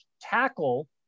tackle